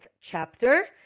chapter